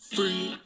Free